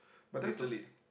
literally